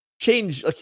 change